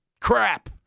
crap